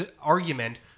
argument